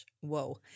Whoa